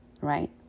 right